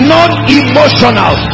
Non-emotional